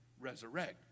resurrect